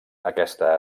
aquesta